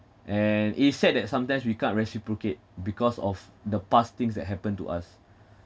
and it's said that sometimes we can't reciprocate because of the past things that happened to us